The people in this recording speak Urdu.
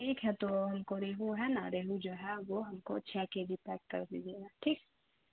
ٹھیک ہے تو ہم کو ریہو ہے نا ریہو جو ہے وہ ہم کو چھ کے جی پیک کر دیجیے گا ٹھیک